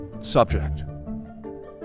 subject